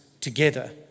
together